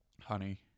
honey